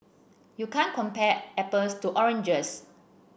you can't compare apples to oranges